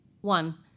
One